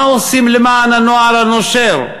מה עושים למען הנוער הנושר?